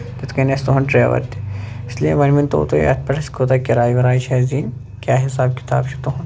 تِتھ کٔنۍ آسہِ تُہُنٛد ڈریور تہِ اس لیے وَن ؤنۍ تو تُہۍ اَتھ پٮ۪ٹھ اسہِ کوٗتاہ کِراے وِراے چھےٚ اَسہِ دِنۍ کیاہ حِساب کِتاب چھُ تُہُنٛد